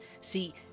see